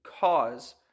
cause